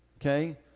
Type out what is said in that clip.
okay